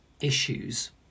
issues